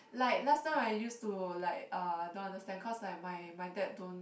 like last time I use to like uh don't understand cause like my my dad don't